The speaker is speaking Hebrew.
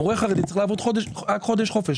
המורה החרדי מקבל חופש רק לחודש אחד.